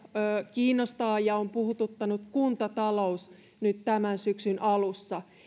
kiinnostaa ja on puhututtanut kuntatalous nyt tämän syksyn alussa